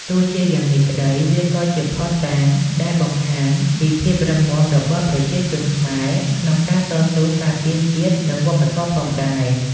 ទោះជាយ៉ាងនេះក្ដី វាក៏ជាភស្តុតាងដែលបង្ហាញពីភាពរឹងមាំរបស់ប្រជាជនខ្មែរក្នុងការតស៊ូការពារជាតិ និងវប្បធម៌ផងដែរ។